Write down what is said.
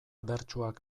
bertsuak